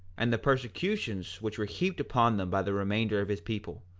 and the persecutions which were heaped upon them by the remainder of his people,